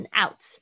out